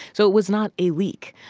so it was not a leak.